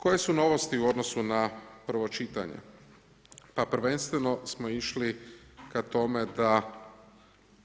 Koje su novosti u odnosu na prvo čitanje, pa prvenstveno smo išli ka tome da